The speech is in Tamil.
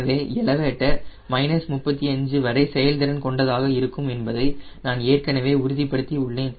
எனவே எலவேட்டர் மைனஸ் 35 வரை செயல்திறன் கொண்டதாக இருக்கும் என்பதை நான் ஏற்கனவே உறுதிபடுத்தி உள்ளேன்